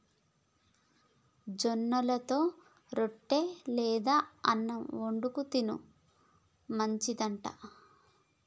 జొన్నలతో రొట్టె లేదా అన్నం వండుకు తిన్న మంచిది అంట